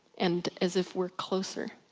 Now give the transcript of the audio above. and as if we're closer.